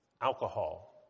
Alcohol